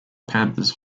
panthers